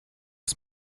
ist